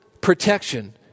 protection